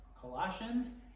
Colossians